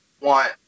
want